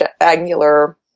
Angular